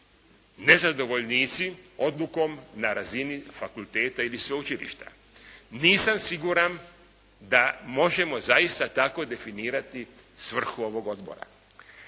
nezadovoljnici odlukom na razini fakulteta ili sveučilišta? Nisam siguran da možemo zaista tako definirati svrhu ovog odbora.